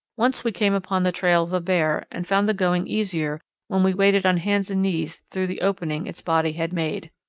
once we came upon the trail of a bear and found the going easier when we waded on hands and knees through the opening its body had made.